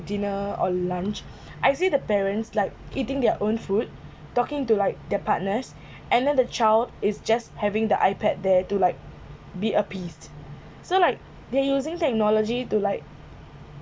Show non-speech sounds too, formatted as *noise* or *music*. dinner or lunch *breath* I see the parents like eating their own food talking to like their partners *breath* and then the child is just having the ipad there to like be appeased so like they using technology to like